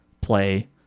play